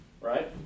right